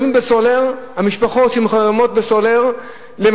משפחות שמחממות בסולר את הבתים,